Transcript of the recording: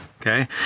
okay